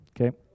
okay